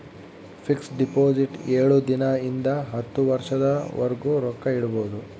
fix deposit ಏಳು ದಿನ ಇಂದ ಹತ್ತು ವರ್ಷದ ವರ್ಗು ರೊಕ್ಕ ಇಡ್ಬೊದು